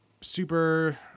super